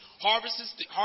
harvests